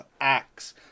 axe